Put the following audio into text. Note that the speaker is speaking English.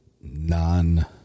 non